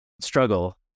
struggle